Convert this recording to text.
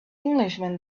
englishman